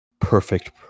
perfect